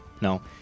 No